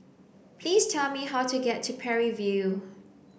please tell me how to get to Parry View